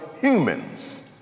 humans